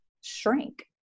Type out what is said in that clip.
shrink